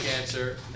answer